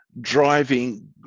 driving